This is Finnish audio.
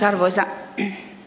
arvoisa puhemies